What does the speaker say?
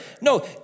No